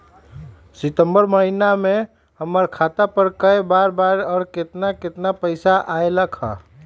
सितम्बर महीना में हमर खाता पर कय बार बार और केतना केतना पैसा अयलक ह?